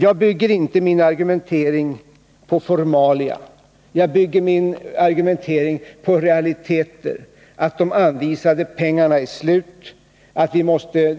Jag bygger inte min argumentering på formalia, utan jag bygger den på realiteter, dvs. att de anvisade pengarna är slut och att vi då måste